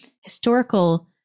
historical